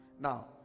Now